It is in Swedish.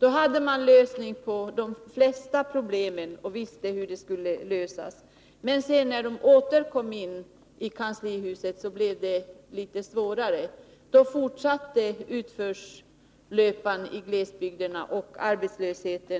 Då visste centern hur de flesta problemen skulle lösas, men när centern sedan åter kom in i kanslihuset var det litet svårare. Då fortsatte utförslöpan i glesbygderna med arbetslöshet.